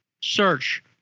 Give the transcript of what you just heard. search